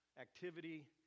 activity